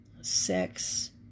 Sex